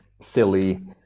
silly